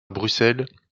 bruxelles